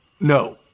no